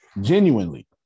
Genuinely